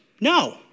No